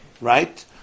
right